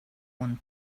one